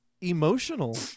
emotional